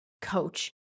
coach